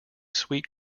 sweet